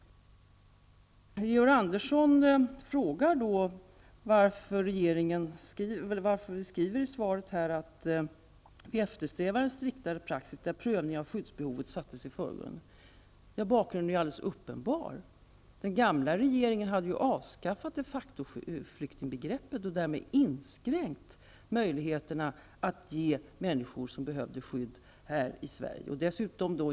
Georg Andersson frågar varför det står i svaret att ''regeringen eftersträvade en striktare praxis där prövningen av skyddsbehovet sattes i förgrunden''. Bakgrunden härtill är alldeles uppenbar. Den gamla regeringen hade ju avskaffat de factoflyktingbegreppet och därmed inskränkt möjligheterna att ge människor skydd som behövde skydd här i Sverige.